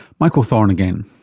michael thorn again.